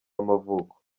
w’amavuko